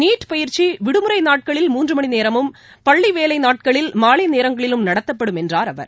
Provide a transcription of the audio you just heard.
NEET பயிற்சி விடுமுறை நாட்களில் மூன்று மணி நேரமும் பள்ளி வேலை நாட்களில் மாலை நேரங்களிலும் நடத்தப்படும் என்றார் அவர்